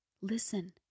Listen